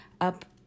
up